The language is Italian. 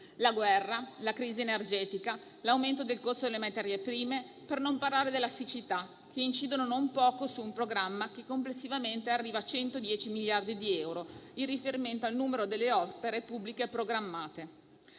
(la guerra, la crisi energetica, l'aumento del costo delle materie prime, per non parlare della siccità) e che incidono non poco su un programma che complessivamente arriva a 110 miliardi di euro, in riferimento al numero delle opere pubbliche programmate.